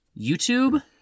YouTube